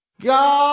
God